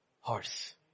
horse